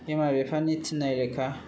बिमा बिफानि थिन्नाय लेखा